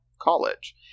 college